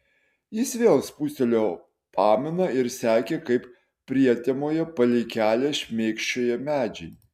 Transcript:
jis vėl spustelėjo paminą ir sekė kaip prietemoje palei kelią šmėkščioja medžiai